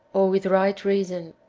or with right reason.